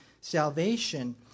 salvation